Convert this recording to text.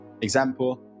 example